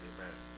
Amen